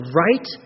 right